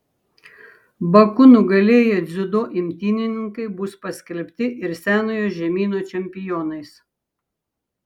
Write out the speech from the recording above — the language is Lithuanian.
baku nugalėję dziudo imtynininkai bus paskelbti ir senojo žemyno čempionais